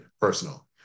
personal